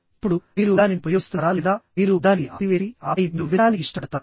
ఇప్పుడు మీరు దానిని ఉపయోగిస్తున్నారా లేదా మీరు దానిని ఆపివేసి ఆపై మీరు వినడానికి ఇష్టపడతారు